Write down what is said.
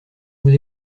vous